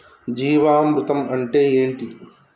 జీవామృతం అంటే ఏంటి?